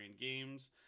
Games